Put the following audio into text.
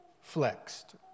flexed